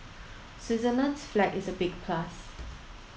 Switzerland's flag is a big plus